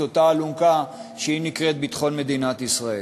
אותה אלונקה שנקראת ביטחון מדינת ישראל.